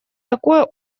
такое